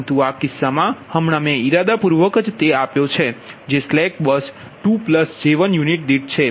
પરંતુ આ કિસ્સામાં હમણાં મેં ઇરાદાપૂર્વક જ તે આપ્યો છે જે સ્લેક બસ 2 j1 યુનિટ દીઠ છે